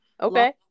okay